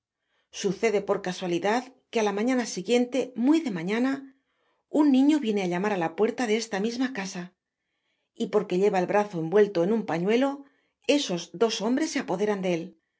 sucede por casualidad queá la mañana siguiente muy de mañana un niño viene á llamar á la puerta de esta misma casa y porque lleva el brazo envuelto en un pañuelo esos dos hombres se apoderan de él